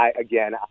Again